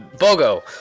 Bogo